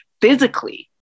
physically